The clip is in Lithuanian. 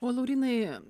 o laurynai